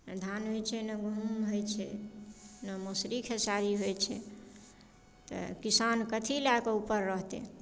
ने धान होइत छै ने गहुम होइत छै ने मसुरी खेसारी होइत छै तऽ किसान कथी लए कऽ ऊपर रहतै